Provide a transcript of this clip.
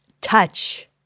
Touch